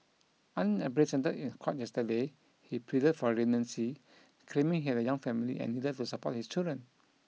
unrepresented in court yesterday he pleaded for leniency claiming he had a young family and needed to support his children